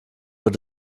wird